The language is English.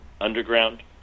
underground